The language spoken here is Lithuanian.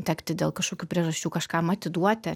tekti dėl kažkokių priežasčių kažkam atiduoti